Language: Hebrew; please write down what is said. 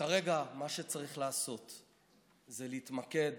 כרגע מה שצריך לעשות זה להתמקד